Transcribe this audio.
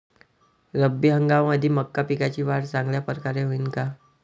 रब्बी हंगामामंदी मका पिकाची वाढ चांगल्या परकारे होईन का?